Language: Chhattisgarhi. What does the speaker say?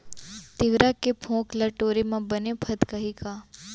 तिंवरा के फोंक ल टोरे म बने फदकही का?